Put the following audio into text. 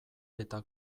eta